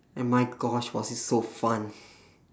and my gosh was it so fun